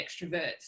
extroverts